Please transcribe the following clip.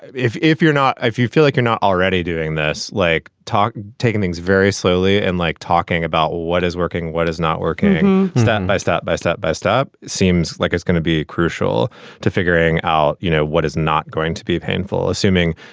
if if you're not if you feel like you're not already doing this, like talk, taking things very slowly and like talking about what is working, what is not working step by step by step by step seeing. like it's going to be crucial to figuring out, you know, what is not going to be painful, assuming,